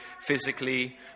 physically